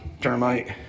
termite